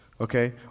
okay